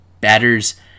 batters